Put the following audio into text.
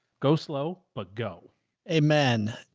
go slow, but go amen.